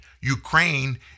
Ukraine